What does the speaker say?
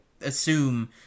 assume